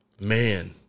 man